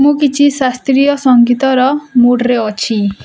ମୁଁ କିଛି ଶାସ୍ତ୍ରୀୟ ସଂଗୀତର ମୁଡ଼ରେ ଅଛି